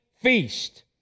feast